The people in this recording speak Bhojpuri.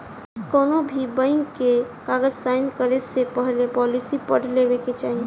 कौनोभी बैंक के कागज़ साइन करे से पहले पॉलिसी पढ़ लेवे के चाही